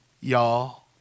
y'all